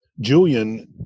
Julian